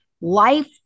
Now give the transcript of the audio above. life